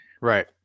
right